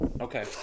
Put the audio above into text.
Okay